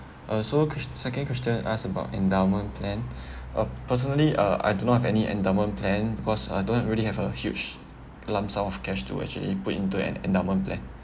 uh ques~ second question ask about endowment plan uh personally uh I do not have any endowment plan because I don't really have a huge lump sum of cash to actually put into an endowment plan